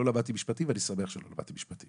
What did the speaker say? לא למדתי משפטים ואני שמח שלא למדתי משפטים